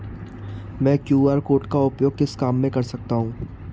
मैं QR code का उपयोग किस काम में कर सकता हूं?